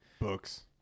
Books